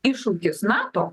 iššūkis nato